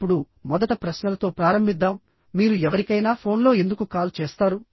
ఇప్పుడుమొదట ప్రశ్నలతో ప్రారంభిద్దాంమీరు ఎవరికైనా ఫోన్లో ఎందుకు కాల్ చేస్తారు